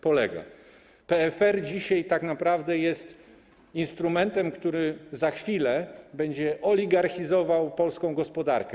PFR dzisiaj tak naprawdę jest instrumentem, który za chwilę będzie oligarchizował polską gospodarkę.